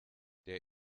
der